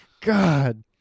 God